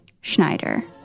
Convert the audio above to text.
Schneider